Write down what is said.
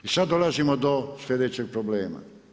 I sad dolazimo dao sljedećeg problema.